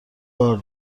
بار